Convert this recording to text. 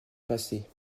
passée